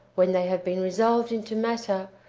when they have been resolved into matter,